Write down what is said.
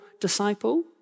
disciple